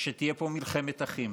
שתהיה פה מלחמת אחים,